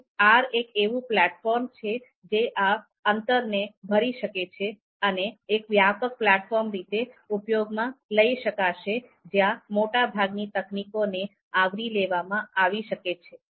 તેથી R એક એવું પ્લેટફોર્મ છે જે આ અંતરને ભરી શકે છે અને એક વ્યાપક પ્લેટફોર્મ રીતે ઉપયોગમાં લઈ શકાશે જ્યાં મોટાભાગની તકનીકો ને આવરી લેવામાં આવી શકે છે